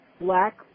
black